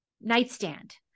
nightstand